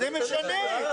זה משנה.